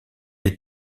est